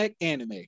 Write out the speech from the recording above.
anime